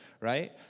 right